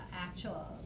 actual